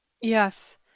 Yes